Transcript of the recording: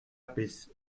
bis